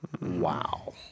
Wow